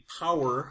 power